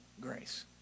grace